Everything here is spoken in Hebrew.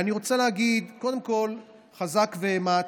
אני רוצה להגיד, קודם כול, חזק ואמץ.